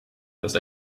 das